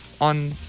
on